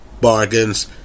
bargains